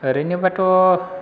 ओरैनोबाथ'